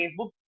Facebook